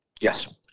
Yes